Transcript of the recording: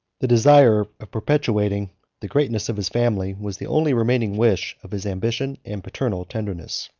the desire of perpetuating the greatness of his family was the only remaining wish of his ambition and paternal tenderness.